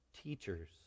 teachers